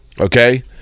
okay